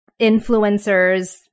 influencers